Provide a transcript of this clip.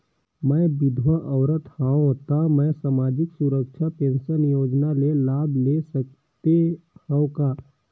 मैं विधवा औरत हवं त मै समाजिक सुरक्षा पेंशन योजना ले लाभ ले सकथे हव का?